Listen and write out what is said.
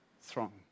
throng